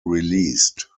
released